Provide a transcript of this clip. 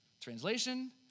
Translation